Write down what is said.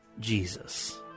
Jesus